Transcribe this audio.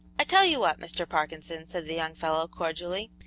i tell you what, mr. parkinson, said the young fellow, cordially,